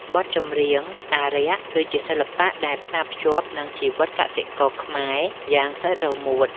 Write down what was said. បទចម្រៀងអារក្ស គឺជាសិល្បៈដែលផ្សារភ្ជាប់នឹងជីវិតកសិករខ្មែរយ៉ាងស្អិតរមួត។